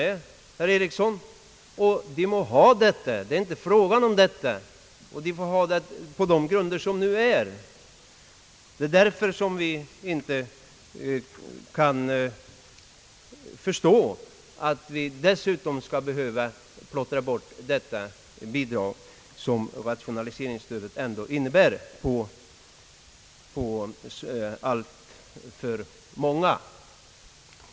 De må ha sina jordbruk på dessa grunder, men frågan gäller inte detta! Vi kan inte förstå att vi skall behöva plottra bort det bidrag som rationaliseringsstödet ändå är på alltför många.